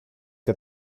que